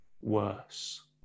worse